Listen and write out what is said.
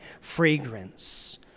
fragrance